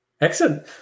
Excellent